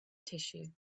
tissue